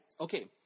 okay